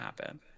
happen